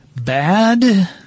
bad